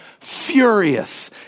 furious